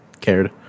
cared